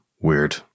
weird